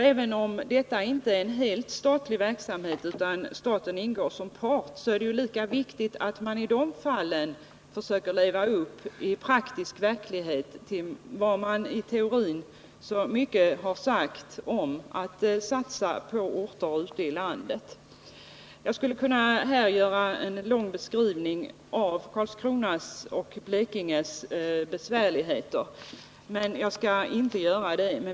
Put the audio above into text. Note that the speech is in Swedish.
Även om detta inte är en helt statlig verksamhet utan staten ingår som part, är det lika viktigt att man i praktisk verklighet försöker leva upp till vad man i teorin har talat så mycket om, nämligen att satsa på orter ute i landet. Jag skulle kunna göra en lång beskrivning av Karlskronas och Blekinges besvärligheter, men det skall jag inte göra.